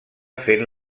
fent